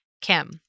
Kim